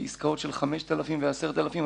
עסקאות של 5,000 ש"ח ו-10,000 ש"ח,